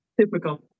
Typical